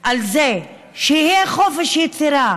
לזה שיהיה חופש יצירה,